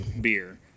beer